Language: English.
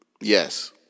Yes